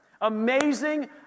amazing